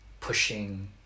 pushing